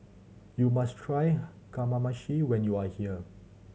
you must try Kamameshi when you are here